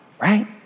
Right